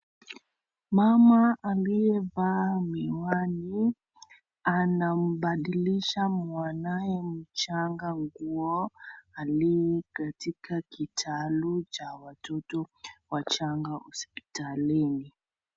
Mama aliyevaa miwani anambadilisha mwanawe mchanga nguo aliye katika kitalu cha watoto wachanga hospitalini.